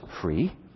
free